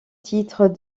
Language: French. titre